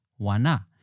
Wana